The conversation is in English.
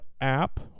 app